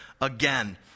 again